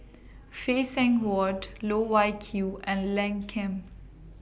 Phay Seng Whatt Loh Wai Kiew and Lim Ken